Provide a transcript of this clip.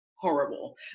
horrible